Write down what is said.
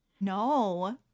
No